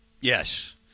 Yes